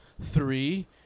three